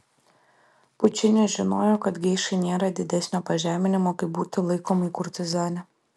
pučinis žinojo kad geišai nėra didesnio pažeminimo kaip būti laikomai kurtizane